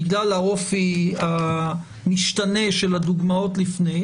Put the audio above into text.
בגלל האופי המשתנה של הדוגמאות לפני,